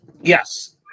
Yes